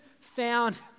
found